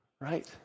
Right